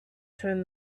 turn